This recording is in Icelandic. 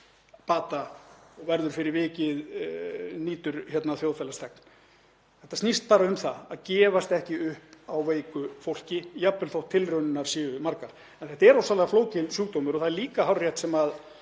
bata og verður fyrir vikið nýtur þjóðfélagsþegn. Þetta snýst bara um það að gefast ekki upp á veiku fólki, jafnvel þótt tilraunirnar séu margar. En þetta er ofsalega flókinn sjúkdómur og það er líka hárrétt, sem